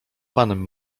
panem